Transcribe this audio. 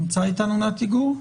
האם נמצא איתנו נתי גור?